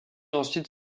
ensuite